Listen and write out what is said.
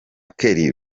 kelly